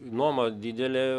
nuoma didelė